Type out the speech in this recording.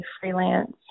freelance